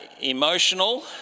emotional